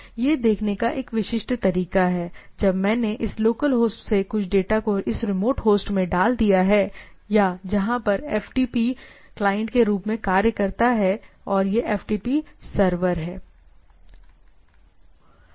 यह देखने का एक विशिष्ट तरीका है जब मैंने इस लोकल होस्ट से कुछ डेटा को इस रिमोट होस्ट में डाल दिया है या जहां यह एफटीपी क्लाइंट के रूप में कार्य करता है और यह एफटीपी सर्वर है